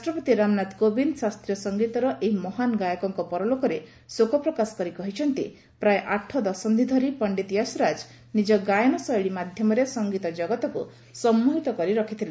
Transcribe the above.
ରାଷ୍ଟ୍ରପତି ରାମନାଥ କୋବିନ୍ଦ ଶାସ୍ତ୍ରୀୟ ସଂଗୀତର ଏହି ମହାନ ଗାୟକଙ୍କ ନିଧନରେ ଶୋକ ପ୍ରକାଶ କରି କହିଛନ୍ତି ପ୍ରାୟ ଆଠ ଦଶନ୍ଧି ଧରି ପଣ୍ଡିତ ଯଶରାଜ ନିଜ ଗାୟନଶୈଳୀ ମାଧ୍ୟମରେ ସଂଗୀତକଗତକୁ ସମ୍ମୋହିତ କରି ରଖିଥିଲେ